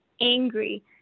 angry